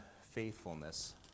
faithfulness